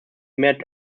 met